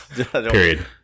Period